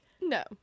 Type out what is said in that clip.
no